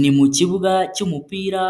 Ni mu kibuga cy'umupira